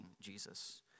Jesus